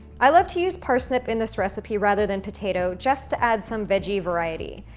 i love to use parsnip in this recipe rather than potato just to add some veggie variety.